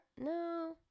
no